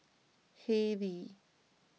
Haylee